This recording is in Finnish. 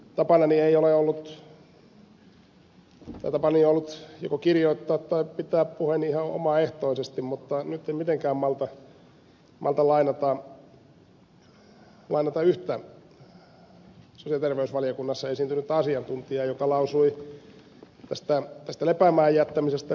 tapanani on ollut kirjoittaa tai pitää puheeni ihan omaehtoisesti mutta nyt en mitenkään malta olla lainaamatta yhtä sosiaali ja terveysvaliokunnassa esiintynyttä asiantuntijaa joka lausui tästä lepäämään jättämisestä seuraavaa